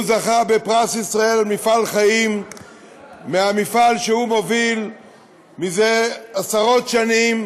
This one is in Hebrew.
זכה בפרס ישראל על מפעל חיים שהוא מוביל זה עשרות שנים,